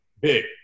big